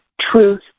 truth